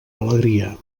alegria